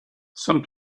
some